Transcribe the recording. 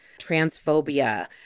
transphobia